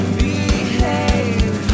behave